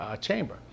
chamber